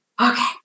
Okay